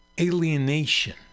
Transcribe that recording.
alienation